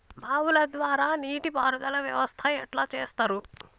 బావుల ద్వారా నీటి పారుదల వ్యవస్థ ఎట్లా చేత్తరు?